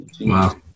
Wow